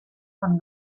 von